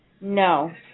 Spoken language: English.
No